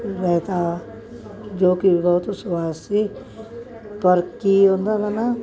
ਰਾਇਤਾ ਜੋ ਕਿ ਬਹੁਤ ਸਵਾਦ ਸੀ ਪਰ ਕੀ ਉਹਨਾਂ ਦਾ ਨਾ